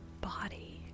body